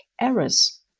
errors